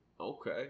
Okay